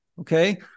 okay